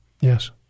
Yes